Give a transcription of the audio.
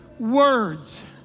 Words